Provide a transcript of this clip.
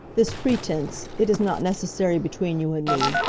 this pretense, it is not necessary between you and me.